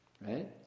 Right